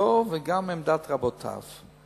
השקפתו וגם עמדת רבותיו.